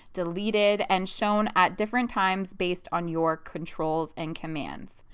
deleted, and shown at different times based on your controls and commands.